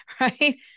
right